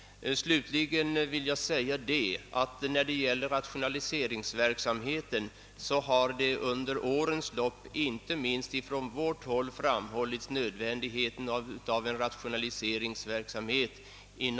Slutligen vill jag säga att när det gäller rationaliseringsverksamheten har under årens lopp från vårt håll lagts fram förslag vari framhållits nödvändigheten av positiva åtgärder för rationalisering inom jordbruket. Bl.